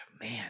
man